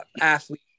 athlete